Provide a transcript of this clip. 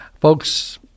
Folks